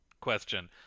question